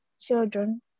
children